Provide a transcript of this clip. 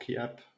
App